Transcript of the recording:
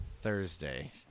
Thursday